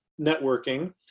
networking